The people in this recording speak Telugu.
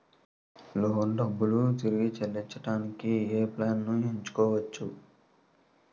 లోన్ డబ్బులు తిరిగి చెల్లించటానికి ఏ ప్లాన్ నేను ఎంచుకోవచ్చు?